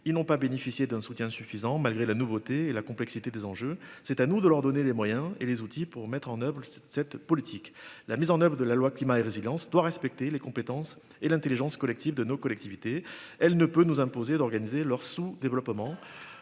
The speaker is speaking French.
Ils n'ont pas bénéficié d'un soutien suffisant malgré la nouveauté et la complexité des enjeux. C'est à nous de leur donner les moyens et les outils pour mettre en oeuvre cette politique. La mise en oeuvre de la loi climat et résilience doit respecter les compétences et l'Intelligence collective de nos collectivités. Elle ne peut nous imposer d'organiser leur sous-développement.